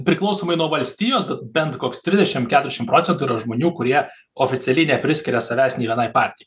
priklausomai nuo valstijos bent koks trisdešim keturiasdešim procentų yra žmonių kurie oficialiai nepriskiria savęs nei vienai partijai